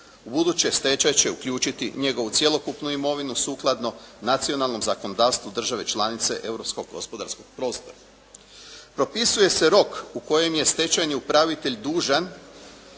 U buduće stečaj će uključiti njegovu cjelokupnu imovinu sukladno nacionalnom zakonodavstvu države članice europskog gospodarskog prostora. Propisuje se rok u kojem je stečajni upravitelj dužan